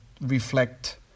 reflect